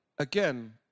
Again